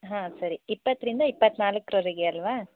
ಹಾಂ ಸರಿ ಇಪ್ಪತ್ತರಿಂದ ಇಪ್ಪತ್ತನಾಲ್ಕರವರೆಗೆ ಅಲ್ವಾ